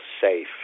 safe